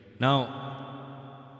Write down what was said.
Now